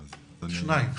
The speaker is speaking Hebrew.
שתיים?